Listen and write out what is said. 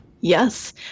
Yes